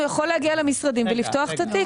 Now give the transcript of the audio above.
הוא יכול להגיע למשרדים ולפתוח את התיק.